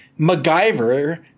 MacGyver